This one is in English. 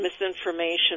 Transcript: misinformation